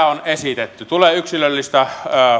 on esitetty tulee yksilöllistä